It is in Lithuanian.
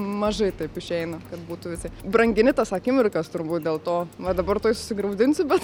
mažai taip išeina kad būtų visi brangini tas akimirkas turbūt dėl to va dabar tuoj susigraudinsiu bet čia